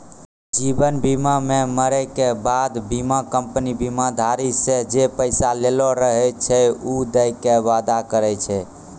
जीवन बीमा मे मरै के बाद बीमा कंपनी बीमाधारी से जे पैसा लेलो रहै छै उ दै के वादा करै छै